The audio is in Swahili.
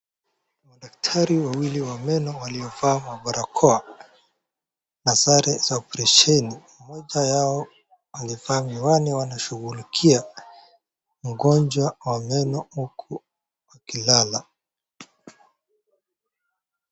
Madaktari wawili wa meno waliovaa mabarakoa na sare za operesheni. Mmoja wao amevaa miwani. Wanashughulikia mgonjwa wa meno huku wakilala.